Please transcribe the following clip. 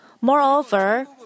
Moreover